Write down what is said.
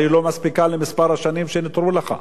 אבל היא לא מספיקה למספר השנים שנותרו לך.